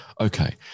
okay